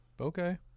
Okay